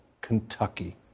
Kentucky